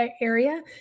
area